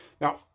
Now